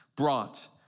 brought